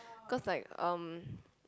cause like um